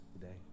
today